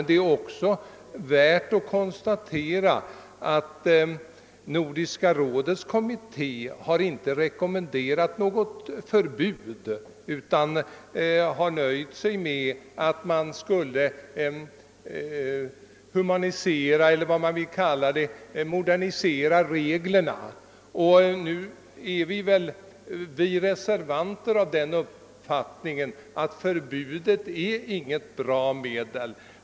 Det är också värt att konstatera att Nordiska rådets kommitté inte har rekommenderat något förbud utan har nöjt sig med att föreslå att reglerna humaniseras eller moderniseras.